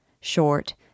short